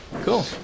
Cool